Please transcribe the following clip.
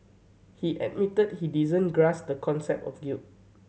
he admitted he didn't grasp the concept of guilt